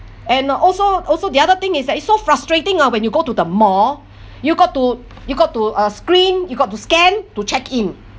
and also also the other thing is that it's so frustrating ah when you go to the mall you got to you got to uh screen you got to scan to check in